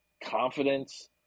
confidence